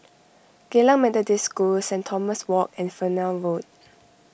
Geylang Methodist School Saint Thomas Walk and Fernvale Road